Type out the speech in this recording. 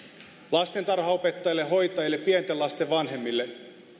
lastentarhanopettajille hoitajille pienten lasten vanhemmille